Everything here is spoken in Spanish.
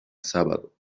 sábado